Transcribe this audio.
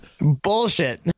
Bullshit